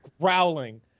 growling